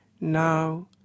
Now